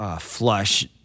flush